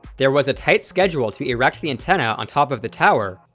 there was a tight schedule to erect the antenna on top of the tower,